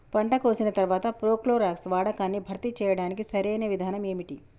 పంట కోసిన తర్వాత ప్రోక్లోరాక్స్ వాడకాన్ని భర్తీ చేయడానికి సరియైన విధానం ఏమిటి?